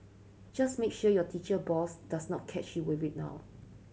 just make sure your teacher boss does not catch you with it now